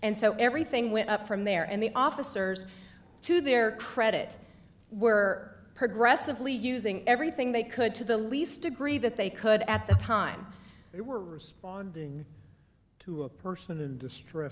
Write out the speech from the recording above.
and so everything went up from there and the officers to their credit were progressive lee using everything they could to the least degree that they could at the time they were responding to a person